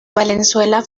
valenzuela